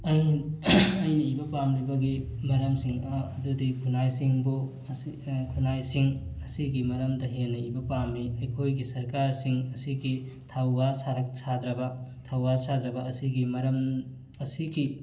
ꯑꯩ ꯑꯩꯅ ꯏꯕ ꯄꯥꯝꯂꯤꯕꯒꯤ ꯃꯔꯝꯁꯤꯡ ꯑꯗꯨꯗꯤ ꯈꯨꯟꯅꯥꯏꯁꯤꯡꯕꯨ ꯈꯨꯟꯅꯥꯏꯁꯤꯡ ꯑꯁꯤꯒꯤ ꯃꯔꯝꯗ ꯍꯦꯟꯅ ꯏꯕ ꯄꯥꯝꯃꯤ ꯑꯩꯈꯣꯏꯒꯤ ꯁꯔꯀꯥꯔꯁꯤꯡ ꯑꯁꯤꯒꯤ ꯊꯧꯋꯥ ꯁꯥꯔꯛ ꯁꯥꯗ꯭ꯔꯕ ꯊꯧꯋꯥ ꯁꯥꯗ꯭ꯔꯕ ꯑꯁꯤꯒꯤ ꯃꯔꯝ ꯑꯁꯤꯒꯤ